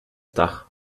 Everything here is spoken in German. dach